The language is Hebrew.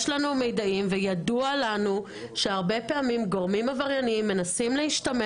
יש לנו מידעים וידוע לנו שהרבה פעמים גורמים עברייניים מנסים להשתמש